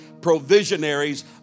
provisionaries